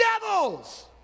devils